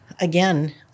Again